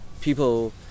people